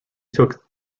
took